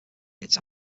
its